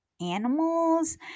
animals